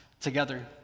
together